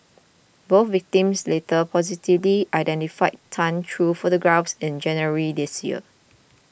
both victims later positively identified Tan through photographs in January this year